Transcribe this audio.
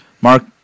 Mark